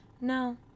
No